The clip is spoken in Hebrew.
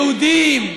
יהודים,